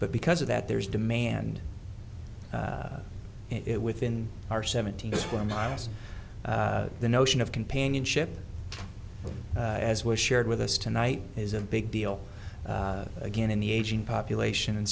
but because of that there is demand it within our seventy four miles the notion of companionship as was shared with us tonight is a big deal again in the aging population and